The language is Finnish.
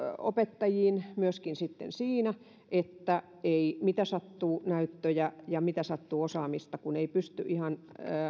opettajiin myöskin siinä että sitten huomioidaan se että ei mitä sattuu näyttöjä ja mitä sattuu osaamista kun ei pysty ihan